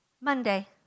Monday